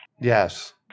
yes